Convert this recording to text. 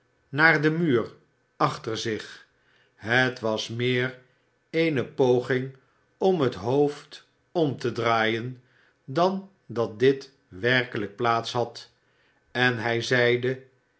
naar den muur achter zich het was meer eene pogingom het hoofd om te draaien dan dat dit werkelijk plaats had en hij zeide